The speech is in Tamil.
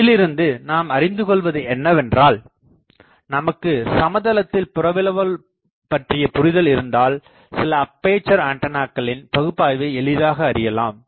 இதிலிருந்து நாம் அறிந்துகொள்வது என்னவென்றால் நமக்கு சமதளத்தில் புலவிரவல் பற்றிய புரிதல் இருந்தால் சில அப்பேசர் ஆண்டனாக்களின் பகுப்பாய்வை எளிதாக அறியலாம்